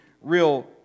real